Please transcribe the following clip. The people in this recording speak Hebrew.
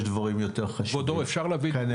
יש דברים יותר חשובים כנראה.